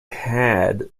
had